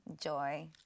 joy